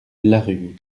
larue